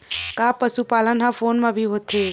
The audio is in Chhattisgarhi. का पशुपालन ह फोन म भी होथे?